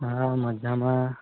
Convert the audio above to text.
હા મજામાં